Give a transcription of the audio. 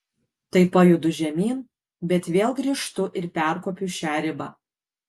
tai pajudu žemyn bet vėl grįžtu ir perkopiu šią ribą